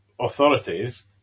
authorities